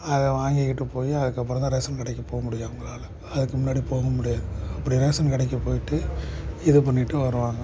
அதை வாங்கிக்கிட்டுப் போய் அதுக்கப்புறந்தான் ரேசன் கடைக்குப் போக முடியும் நம்மளால அதுக்கு முன்னாடி போக முடியாது அப்படி ரேசன் கடைக்கு போய்விட்டு இது பண்ணிவிட்டு வருவாங்க